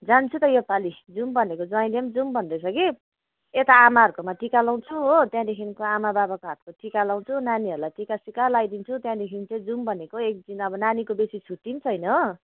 जान्छु त योपालि जाउँ भनेको ज्वाइँले पनि जाउँ भन्दैछ कि यता आमाहरूकोमा टिका लाउँछु हो त्यहाँदेखिको आमा बाबाको हातको टिका लाउँछु नानीहरूलाई टिकासिका लाइदिन्छु त्यहाँदेखि चाहिँ जाउँ भनेको एक दिन अब नानीको बेसी छुट्टी पनि छैन हो